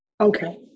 Okay